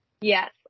Yes